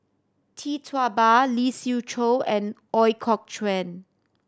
Tee Tua Ba Lee Siew Choh and Ooi Kok Chuen